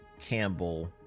Campbell